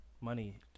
Money